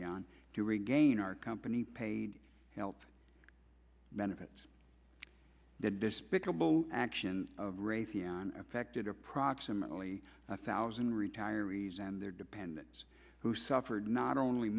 raytheon to regain our company paid health benefits the despicable action of raytheon affected approximately a thousand retirees and their dependents who suffered not only